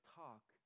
talk